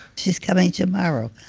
she's coming tomorrow.